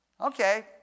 Okay